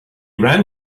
ran